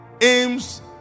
aims